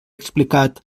explicat